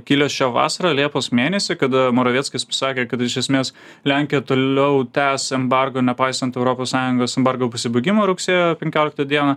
kilęs šią vasarą liepos mėnesį kada moravieckis pasakė kad iš esmės lenkija toliau tęs embargą nepaisant europos sąjungos embargo pasibaigimo rugsėjo penkioliktą dieną